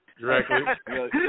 Directly